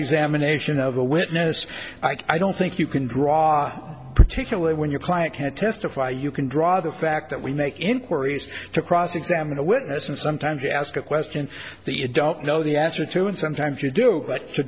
examination of a witness i don't think you can draw particularly when your client can't testify you can draw the fact that we make inquiries to cross examine a witness and sometimes you ask a question that you don't know the answer to and sometimes you do but